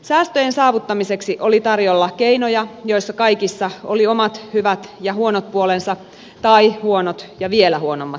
säästöjen saavuttamiseksi oli tarjolla keinoja joissa kaikissa oli omat hyvät ja huonot puolensa tai huonot ja vielä huonommat puolensa